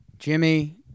Jimmy